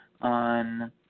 on